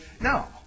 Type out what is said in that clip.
No